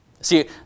See